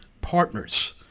Partners